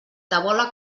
tabola